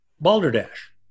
Balderdash